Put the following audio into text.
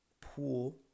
pool